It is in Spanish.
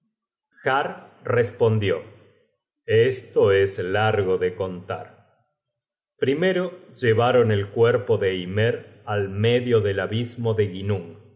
respondió esto es largo de contar primero llevaron el cuerpo de ymer al medio del abismo de